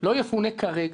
לא יפונה כרגע,